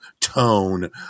tone